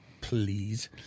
please